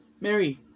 Mary